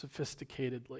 sophisticatedly